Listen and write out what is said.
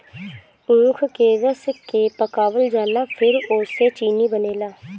ऊख के रस के पकावल जाला फिर ओसे चीनी बनेला